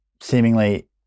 seemingly